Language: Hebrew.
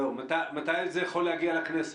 מתי זה יכול להגיע לכנסת?